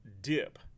dip